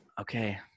Okay